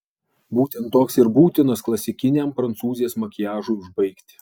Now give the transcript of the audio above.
būtent toks ir būtinas klasikiniam prancūzės makiažui užbaigti